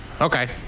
Okay